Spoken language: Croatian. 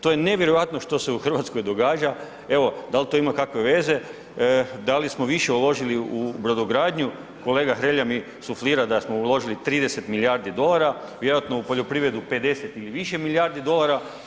To je nevjerojatno što se u Hrvatskoj događa, evo, dal to ima kakve veze, da li smo više uložili u brodogradnju, kolega Hrelja mi suflira, da smo uložili 30 milijardi dolara, vjerojatno u poljoprivredu, 50 i više milijardi dolara.